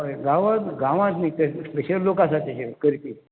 गांवांत गांवांत न्ही ते स्पेशल लोक आसा तेजे करपी